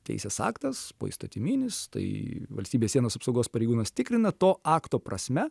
teisės aktas poįstatyminis tai valstybės sienos apsaugos pareigūnas tikrina to akto prasme